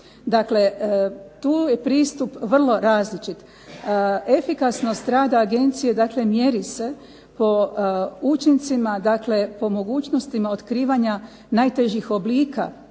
Dakle tu je pristup vrlo različit. Efikasnost rada agencije dakle mjeri se po učincima, dakle po mogućnostima otkrivanja najtežih oblika